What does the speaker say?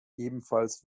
ebenfalls